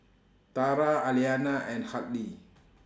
Tara Aliana and Hartley